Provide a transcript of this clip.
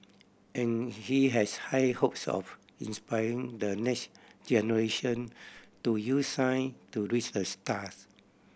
and he has high hopes of inspiring the next generation to use science to reach the stars